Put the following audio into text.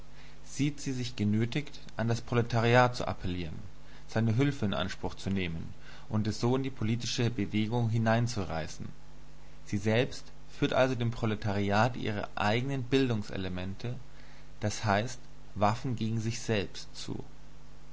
sieht sie sich genötigt an das proletariat zu appellieren seine hülfe in anspruch zu nehmen und es so in die politische bewegung hineinzureißen sie selbst führt also dem proletariat ihre eigenen bildungselemente d h waffen gegen sich selbst zu